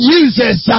uses